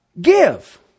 give